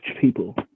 people